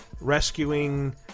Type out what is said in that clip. rescuing